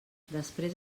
després